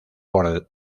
por